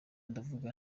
ndavuga